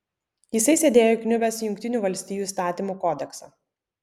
jisai sėdėjo įkniubęs į jungtinių valstijų įstatymų kodeksą